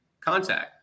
contact